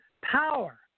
Power